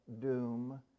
doom